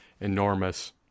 enormous